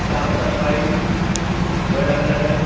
साफ सफाइ हो रहलै हन